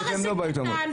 לא באו להתעמת.